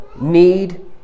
need